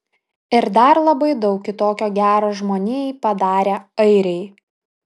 ir dar labai daug kitokio gero žmonijai padarę airiai